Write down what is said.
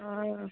ಹಾಂ